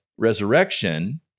resurrection